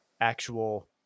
actual